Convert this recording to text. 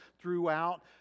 throughout